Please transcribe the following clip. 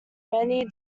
many